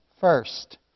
first